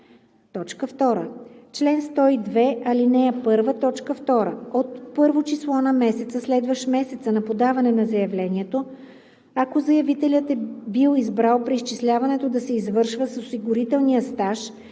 му; 2. чл. 102, ал. 1, т. 2 – от първо число на месеца, следващ месеца на подаване на заявлението, ако заявителят е бил избрал преизчисляването да се извършва с осигурителния стаж